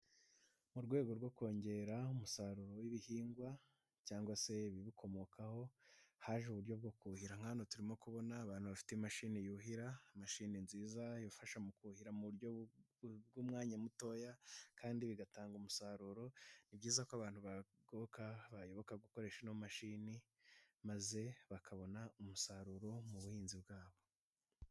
Mu rwego rwo kongera umusaruro w'ibihingwa cyangwa se ibiwukomokaho, haje uburyo bwo kuhira nka hano turimo kubona abantu bafite imashini yuhira, imashini nziza ibafasha mu kuhira mu buryo bw'umwanya mutoya, kandi bigatanga umusaruro, ni byiza ko abantu bagoboka bayoboka gukoresha ino mashini maze bakabona umusaruro mu buhinzi bwabo.